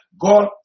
God